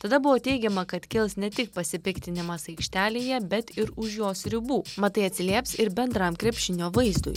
tada buvo teigiama kad kils ne tik pasipiktinimas aikštelėje bet ir už jos ribų mat tai atsilieps ir bendram krepšinio vaizdui